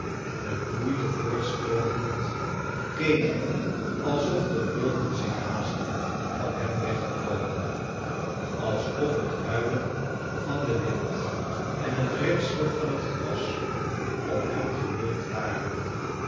met moeite voortstrornpelend keek hij alsof de wolken zich haastten van hem weg te komen alsof het huilen van den wind en het ritselen van het gras op hem gemunt waren